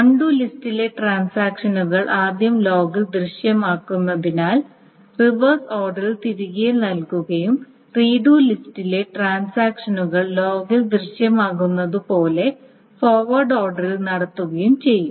undo ലിസ്റ്റിലെ ട്രാൻസാക്ഷനുകൾ ആദ്യം ലോഗിൽ ദൃശ്യമാകുന്നതിനാൽ റിവേഴ്സ് ഓർഡറിൽ തിരികെ നൽകുകയും റീഡു ലിസ്റ്റിലെ ട്രാൻസാക്ഷനുകൾ ലോഗിൽ ദൃശ്യമാകുന്നതുപോലെ ഫോർവേഡ് ഓർഡറിൽ നടത്തുകയും ചെയ്യും